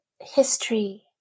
history